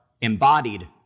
embodied